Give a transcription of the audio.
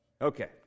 Okay